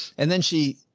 and then she,